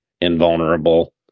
invulnerable